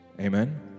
Amen